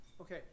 Okay